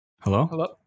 Hello